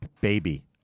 baby